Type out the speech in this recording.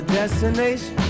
destination